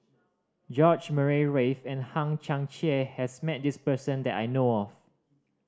George Murray Reith and Hang Chang Chieh has met this person that I know of